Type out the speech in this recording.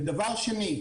שנית,